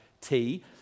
tea